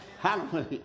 Hallelujah